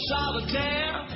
Solitaire